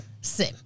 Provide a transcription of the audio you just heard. SIM